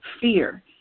fear